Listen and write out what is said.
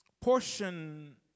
portion